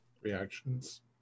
reactions